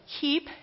keep